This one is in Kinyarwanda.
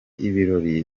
ibirori